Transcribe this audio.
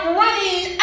running